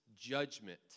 judgment